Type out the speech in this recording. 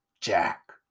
Jack